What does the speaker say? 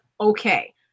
okay